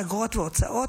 אגרות והוצאות,